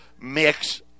mix